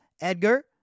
Edgar